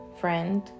friend